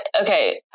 okay